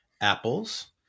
apples